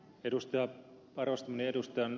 arvostamani edustajan ed